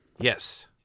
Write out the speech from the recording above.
Yes